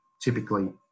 typically